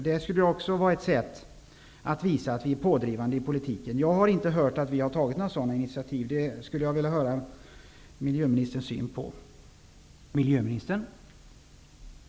Det skulle också vara ett sätt att visa att vi är pådrivande i politiken. Jag har inte hört att vi har tagit några sådana initiativ. Jag skulle vilja höra hur miljöministern ser på detta.